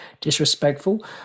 disrespectful